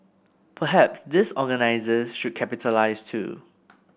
perhaps these organisers should capitalise too